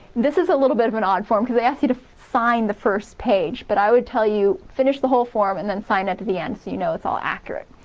this is a little bit of an odd form cuz they ask you to sign the first page but i would tell you finish the whole form, and then sign at the end so you know it's all accurate.